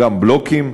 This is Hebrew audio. גם בלוקים,